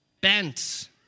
bent